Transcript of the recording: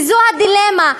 וזו הדילמה,